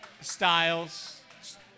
styles